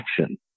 action